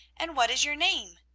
and what is your name?